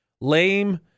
lame